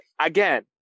again